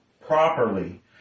properly